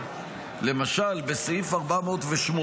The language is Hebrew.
למשל בסעיף 408,